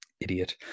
idiot